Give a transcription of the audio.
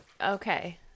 Okay